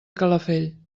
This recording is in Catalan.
calafell